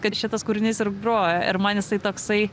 kad šitas kūrinys ir grojo ir man jisai toksai